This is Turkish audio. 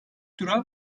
durağı